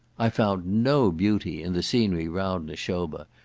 i found no beauty in the scenery round nashoba,